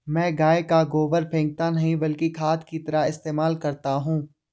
मैं गाय का गोबर फेकता नही बल्कि खाद की तरह इस्तेमाल करता हूं